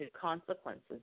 consequences